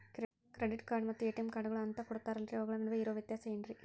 Credit card ಮತ್ತ ATM ಕಾರ್ಡುಗಳು ಅಂತಾ ಕೊಡುತ್ತಾರಲ್ರಿ ಅವುಗಳ ನಡುವೆ ಇರೋ ವ್ಯತ್ಯಾಸ ಏನ್ರಿ?